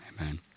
Amen